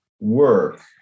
work